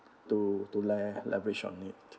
to to le~ leverage on it